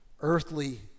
earthly